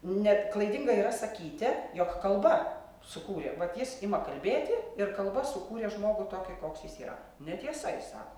net klaidinga yra sakyti jog kalba sukūrė vat jis ima kalbėti ir kalba sukūrė žmogų tokį koks jis yra netiesa jis sako